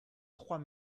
trois